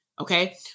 okay